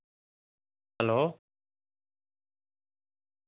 hello